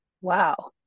Wow